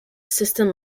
system